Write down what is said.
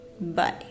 bye